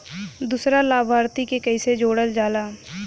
दूसरा लाभार्थी के कैसे जोड़ल जाला?